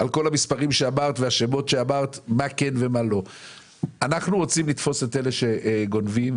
אנחנו רוצים לתפוס את אלה שגונבים,